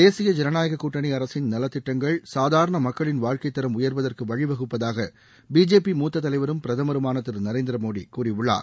தேசிய ஜனநாயக கூட்டணி அரசின் நலத்திட்டங்கள் சாதாரண மக்களின் வாழ்க்கை தரம் உயர்வதற்கு வழி வகுப்பதாக பிஜேபி மூத்த தலைவரும் பிரதமருமான திரு நரேந்திரமோடி கூறியுள்ளார்